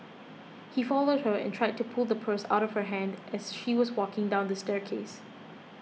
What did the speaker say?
he followed her and tried to pull the purse out of her hand as she was walking down the staircase